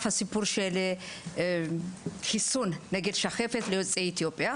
סיפור החיסון נגד שחפת ליוצאי אתיופיה.